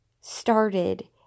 started